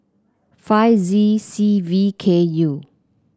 five Z C V K U